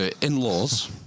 in-laws